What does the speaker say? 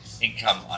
income